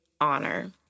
honor